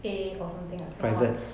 A or something ah small one